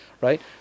right